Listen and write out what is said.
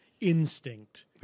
instinct